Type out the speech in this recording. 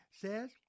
Says